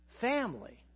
family